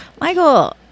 Michael